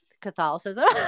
Catholicism